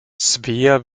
svea